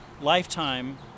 Lifetime